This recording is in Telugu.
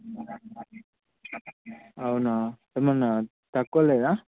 అవునా ఏమన్నా తక్కువ లేదా